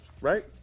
right